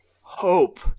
hope –